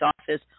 office